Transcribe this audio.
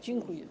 Dziękuję.